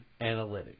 analytics